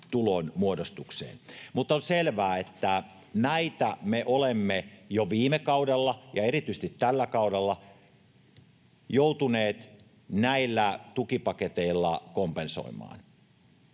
tulonmuodostukseen. Mutta on selvää, että näitä me olemme jo viime kaudella ja erityisesti tällä kaudella joutuneet näillä tukipaketeilla kompensoimaan.